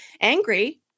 angry